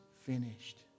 finished